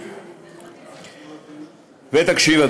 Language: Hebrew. תקשיב,